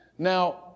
Now